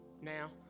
now